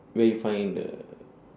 where you find the